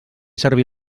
servir